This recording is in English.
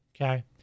Okay